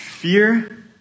Fear